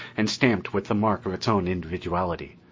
and stamped with the mark of its own individuality.